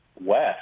West